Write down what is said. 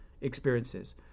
experiences